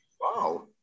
Wow